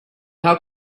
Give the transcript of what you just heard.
how